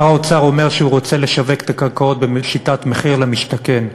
שר האוצר אומר שהוא רוצה לשווק את הקרקעות בשיטת מחיר למשתכן.